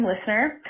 listener